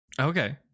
Okay